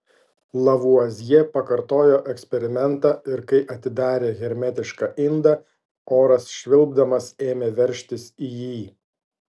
lavuazjė pakartojo eksperimentą ir kai atidarė hermetišką indą oras švilpdamas ėmė veržtis į jį